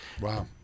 Wow